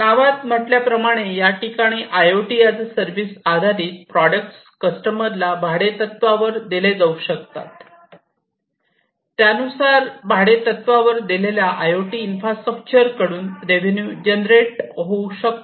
नावात म्हटल्या प्रमाणे याठिकाणी I O T as a service आधारित प्रॉडक्ट्स् कस्टमरला भाडेतत्त्वावर देऊ शकतात त्यानुसार भाडेतत्त्वावर दिलेल्या आय ओ टी इन्फ्रास्ट्रक्चर कडून रेव्ह्यून्यू जनरेट होऊ शकतो